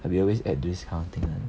I will always add this kind of thing one